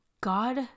God